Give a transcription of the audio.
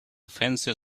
fancier